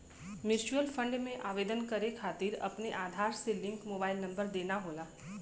mutual fund में आवेदन करे खातिर अपने आधार से लिंक मोबाइल नंबर देना होला